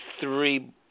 three